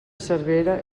cervera